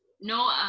no